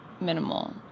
minimal